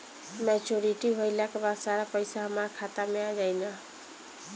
Maturity भईला के बाद सारा पईसा हमार खाता मे आ जाई न?